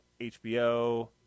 hbo